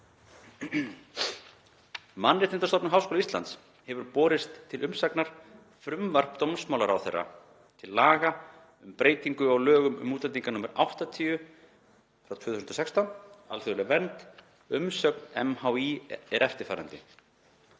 „Mannréttindastofnun Háskóla Íslands (MHÍ) hefur borist til umsagnar frumvarp dómsmálaráðherra til laga um breytingu á lögum um útlendinga, nr. 80/2016 (alþjóðleg vernd). Umsögn MHÍ er eftirfarandi: